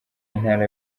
intara